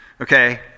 okay